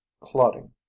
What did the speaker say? Clotting